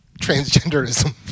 transgenderism